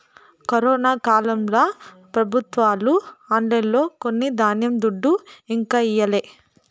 corona కాలంల పెబుత్వాలు ఆన్లైన్లో కొన్న ధాన్యం దుడ్డు ఇంకా ఈయలే